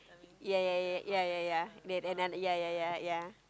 ya ya ya ya ya ya then another ya ya ya ya